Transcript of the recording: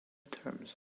terms